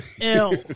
Ill